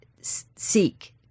seek